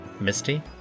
Misty